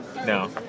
No